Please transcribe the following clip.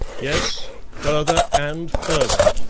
yes, further and further,